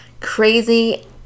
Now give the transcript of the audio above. Crazy